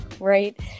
Right